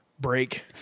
Break